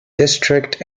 district